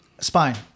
Spine